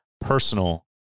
personal